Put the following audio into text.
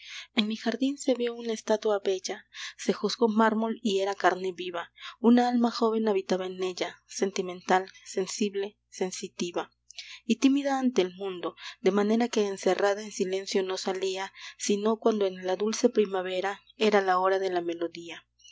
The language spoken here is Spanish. en mi jardín se vió una estatua bella se juzgó mármol y era carne viva una alma joven habitaba en ella sentimental sensible sensitiva y tímida ante el mundo de manera que encerrada en silencio no salía sino cuando en la dulce primavera era la hora de la melodía